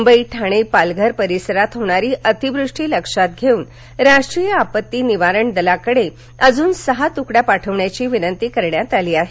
मुंबई ठाणे पालघर परिसरात होणारी अतिवृष्टी लक्षात घेऊन राष्ट्रीय आपत्ती निवारण दलाकडे अजून सहा तूकड्या पाठविण्याची विनंती करण्यात आली आहे